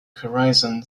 horizon